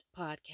podcast